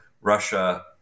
Russia